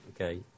Okay